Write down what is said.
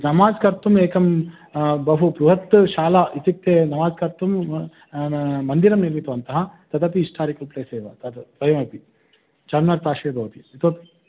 नमाज् कर्तुम् एकं बहु बृहत् शाला इत्युक्ते नमाज् कर्तुं नाम मन्दिरं निर्मितवन्तः तदपि हिस्टारिकल् प्लेस् एव तद् द्वयमपि चार्मिनार् पार्श्वे भवति इतोपि